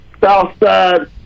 Southside